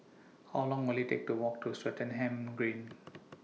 How Long Will IT Take to Walk to Swettenham Green